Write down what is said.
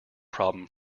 problem